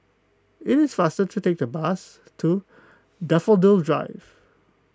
it is faster to take the bus to Daffodil Drive